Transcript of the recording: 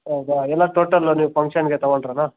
ಹೌದಾ ಎಲ್ಲ ಟೋಟಲ್ಲು ನೀವು ಫಂಕ್ಷನ್ಗೆ ತಗೊಂಡರೆನಾ